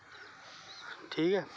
ठीक ऐ